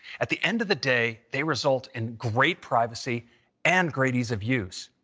at the end of the day, they result in great privacy and great ease of use.